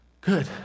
Good